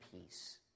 peace